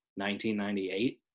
1998